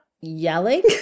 yelling